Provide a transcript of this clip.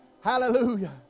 Hallelujah